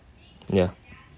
ya